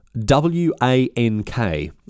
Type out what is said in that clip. W-A-N-K